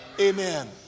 Amen